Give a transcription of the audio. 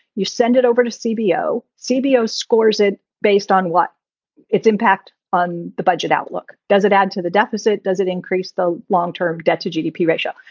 you send it over to cbo. cbo scores it based on what its impact on the budget outlook. does it add to the deficit? does it increase the long term debt to gdp ratio?